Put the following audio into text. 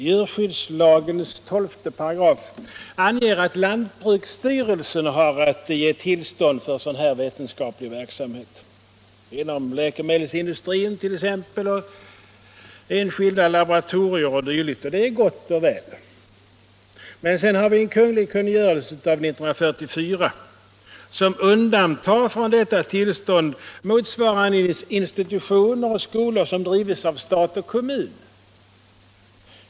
Djurskyddslagen 12 § anger att lantbruksstyrelsen har att ge tillstånd för sådan här vetenskaplig verksamhet inom läkemedelsindustrin, inom enskilda laboratorier o. d., och det är gott och väl. Men sedan har vi en kungl. kungörelse av år 1944 som från detta tillståndstvång undantar motsvarande institutioner och skolor som drivs av stat och kommun.